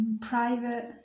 private